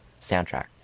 soundtrack